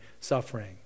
suffering